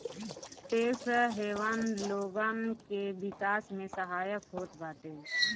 tax haven लोगन के विकास में सहायक होत बाटे